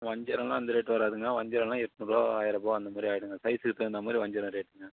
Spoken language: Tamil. வஞ்சரமெல்லாம் இந்த ரேட் வராதுங்க வஞ்சரமெல்லாம் எட்நூறுரூபா ஆயிரம் ரூபாய் அந்தமாதிரி ஆகிடுங்க சைஸுக்கு தகுந்தமாதிரி வஞ்சிரம் ரேட்டுங்க